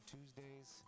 Tuesdays